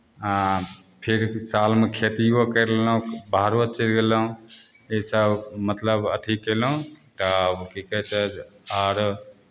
आँ फेर सालमे खेतिओ करि लेलहुँ बाहरो चलि गेलहुँ ईसब मतलब अथी कएलहुँ तब कि कहै छै जे आओर